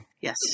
Yes